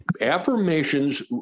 affirmations